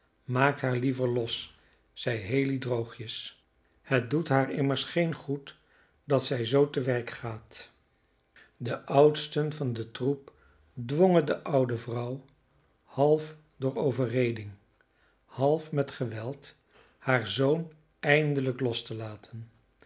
maakt haar liever los zeide haley droogjes het doet haar immers geen goed dat zij zoo te werk gaat de oudsten van den troep dwongen de oude vrouw half door overreding half met geweld haar zoon eindelijk los te laten